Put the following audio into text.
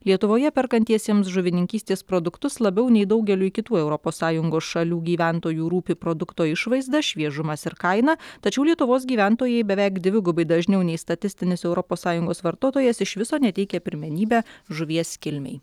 lietuvoje perkantiesiems žuvininkystės produktus labiau nei daugeliui kitų europos sąjungos šalių gyventojų rūpi produkto išvaizda šviežumas ir kaina tačiau lietuvos gyventojai beveik dvigubai dažniau nei statistinis europos sąjungos vartotojas iš viso neteikia pirmenybę žuvies kilmei